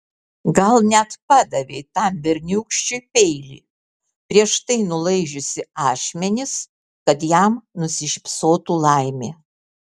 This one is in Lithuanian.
gal net padavei tam berniūkščiui peilį prieš tai nulaižiusi ašmenis kad jam nusišypsotų laimė